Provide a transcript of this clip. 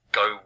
go